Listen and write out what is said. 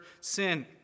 sin